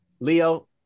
Leo